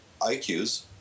IQs